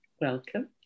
welcome